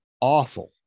awful